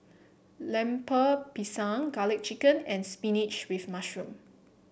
Lemper Pisang garlic chicken and spinach with mushroom